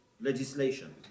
legislation